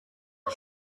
was